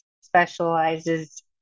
specializes